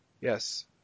Yes